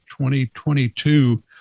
2022